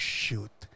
shoot